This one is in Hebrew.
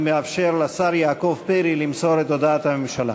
אני מאפשר לשר יעקב פרי למסור את הודעת הממשלה.